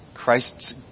Christ's